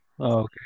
Okay